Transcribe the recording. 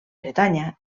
bretanya